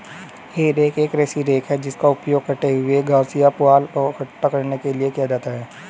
हे rake एक कृषि rake है जिसका उपयोग कटे हुए घास या पुआल को इकट्ठा करने के लिए किया जाता है